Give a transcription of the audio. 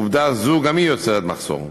עובדה זו גם היא יוצרת מחסור.